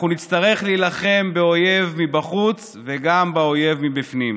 אנחנו נצטרך להילחם באויב מבחוץ וגם באויב מבפנים,